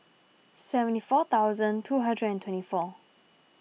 seventy four thousand two hundred and twenty four